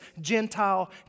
Gentile